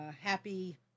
Happy